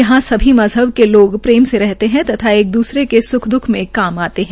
यहाँ सभी मजहब के लोग प्यार प्रेम से रहते हैं तथा एक दूसरे के स्ख दूख में काम आते हैं